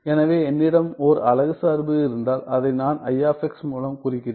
எனவே என்னிடம் ஓர் அலகு சார்பு இருந்தால் அதை நான் மூலம் குறிக்கிறேன்